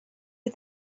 you